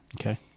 Okay